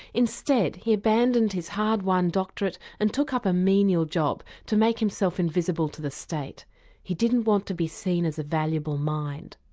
instead he abandoned his hard-won doctorate and took up a menial job to make himself invisible to the state he didn't want to be seen as a valuable mind.